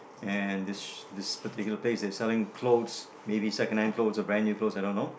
and there's there's particular place that's selling clothes maybe secondhand clothes or brand new clothes I don't know